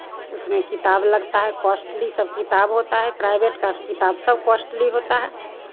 उसमें किताब लगता है कॉस्टली सब किताब होता है प्राइवेट का किताब सब कॉस्टली होता है